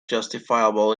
justifiable